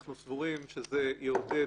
אנחנו סבורים שזה יעודד